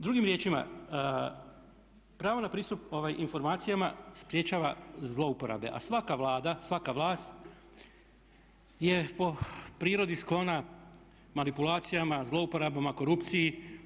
Drugim riječima, pravo na pristup informacijama sprječava zlouporabe a svaka Vlada, svaka vlast je po prirodi sklona manipulacijama, zlouporabama, korupciji.